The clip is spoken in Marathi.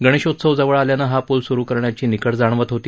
गणेशोत्सव जवळ आल्यानं हा पूल सुरु करण्याची निकड जाणवत होती